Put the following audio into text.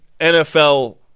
NFL